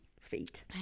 feet